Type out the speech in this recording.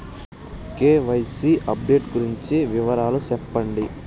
KYC update గురించి వివరాలు సెప్పండి?